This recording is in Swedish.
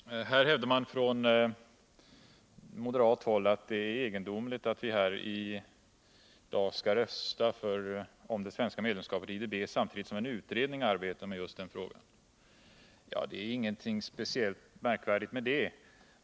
Herr talman! Här hävdar man från moderat håll att det är egendomligt att vi i dag skall rösta om det svenska medlemskapet i IDB samtidigt som en utredning arbetar med just den frågan. Men det är ingenting speciellt märkvärdigt med detta.